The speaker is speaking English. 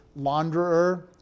launderer